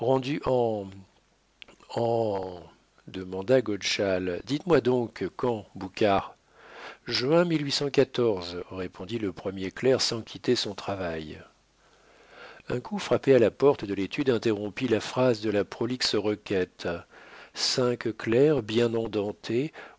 demanda godeschal dites-moi donc quand boukhara juin répondit le premier clerc sans quitter son travail un coup frappé à la porte de l'étude interrompit la phrase de la prolixe requête